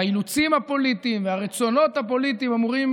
והאילוצים הפוליטיים והרצונות הפוליטיים אמורים